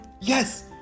Yes